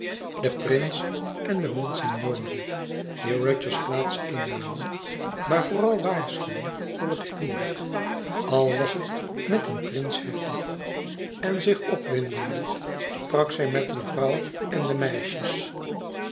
den prins en de monsignore's die rudyards plaats innamen maar vooral waarschuwen voor het huwelijk al was het met een prins hertog en zich opwindende sprak zij met mevrouw en de meisjes